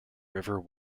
river